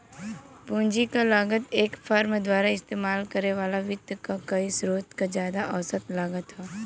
पूंजी क लागत एक फर्म द्वारा इस्तेमाल करे वाले वित्त क कई स्रोत क जादा औसत लागत हौ